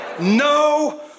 No